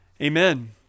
Amen